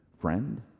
friend